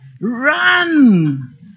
Run